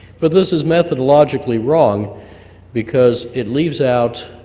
but this is methodologically wrong because it leaves out,